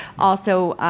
also,